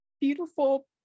beautiful